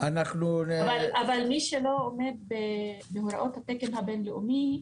אבל מי שלא עומד בהוראות התקן הבין-לאומי,